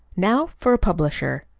now for a publisher!